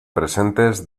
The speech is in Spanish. presentes